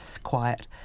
quiet